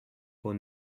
for